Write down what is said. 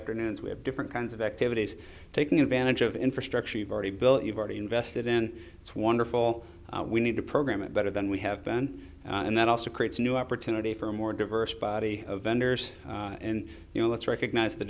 afternoons we have different kinds of activities taking advantage of infrastructure we've already built you've already invested in it's wonderful we need to program it better than we have been and that also creates new opportunity for a more diverse body of vendors and you know let's recognize the